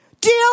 Deal